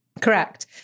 Correct